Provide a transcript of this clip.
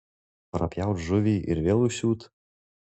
prapjaut žuvį ir vėl užsiūt